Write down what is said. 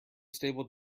stable